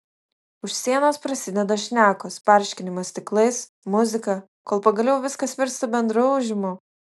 už sienos prasideda šnekos barškinimas stiklais muzika kol pagaliau viskas virsta bendru ūžimu